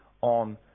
on